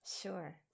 Sure